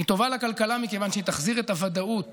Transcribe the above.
היא טובה לכלכלה מכיוון שהיא תחזיר את הוודאות